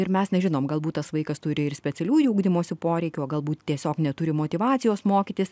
ir mes nežinom galbūt tas vaikas turi ir specialiųjų ugdymosi poreikių o galbūt tiesiog neturi motyvacijos mokytis